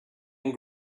and